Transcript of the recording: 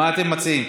מה אתם מציעים?